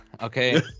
Okay